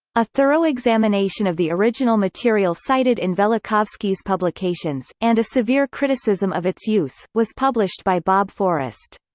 a thorough examination of the original material cited in velikovsky's publications, and a severe criticism of its use, was published by bob forrest.